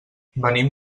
venim